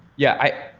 yeah.